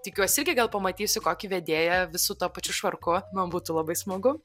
tikiuosi irgi gal pamatysiu kokį vedėją vis su tuo pačiu švarku man būtų labai smagu